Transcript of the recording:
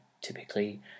typically